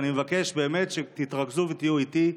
ואני מבקש באמת שתתרכזו ותהיו איתי,